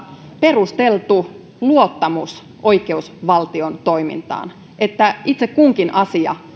perusteltu luottamus oikeusvaltion toimintaan että itse kunkin asia